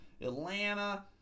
Atlanta